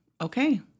okay